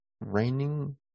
raining